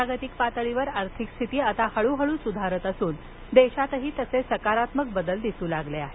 जागतिक पातळीवर आर्थिक स्थिती आता हळूहळसुधारत असून देशातही तसे सकारात्मक बदल दिसू लागले आहेत